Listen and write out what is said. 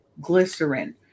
glycerin